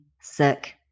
sick